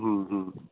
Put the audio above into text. हूं हूं